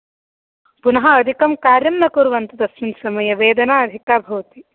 पुनः अधिकं कार्यं न कुर्वन्तु तस्मिन् समये वेदना अधिका भवति